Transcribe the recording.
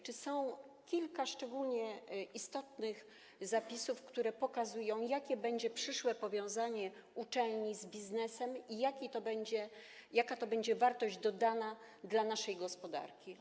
Czy jest kilka szczególnie istotnych zapisów, które pokazują, jakie będzie przyszłe powiązanie uczelni z biznesem i jaka to będzie wartość dodana dla naszej gospodarki?